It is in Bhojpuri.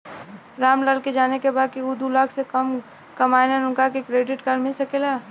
राम लाल के जाने के बा की ऊ दूलाख से कम कमायेन उनका के क्रेडिट कार्ड मिल सके ला?